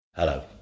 Hello